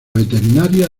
veterinaria